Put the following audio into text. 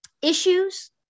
Issues